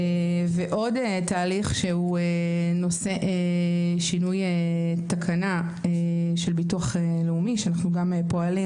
עוד תהליך הוא נושא שינוי תקנה של ביטוח לאומי שאנחנו פועלים